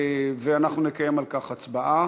ואנחנו נקיים על כך הצבעה.